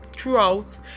throughout